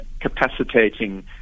capacitating